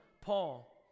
Paul